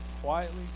quietly